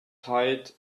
tight